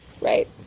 right